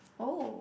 oh